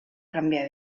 canviar